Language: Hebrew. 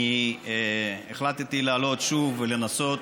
אני החלטתי לעלות שוב ולנסות